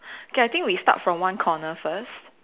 k I think we start from one corner first